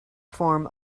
form